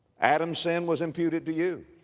adam's sin was imputed to you,